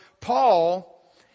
Paul